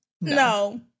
No